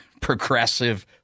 progressive